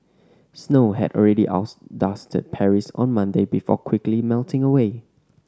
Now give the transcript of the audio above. snow had already dusted Paris on Monday before quickly melting away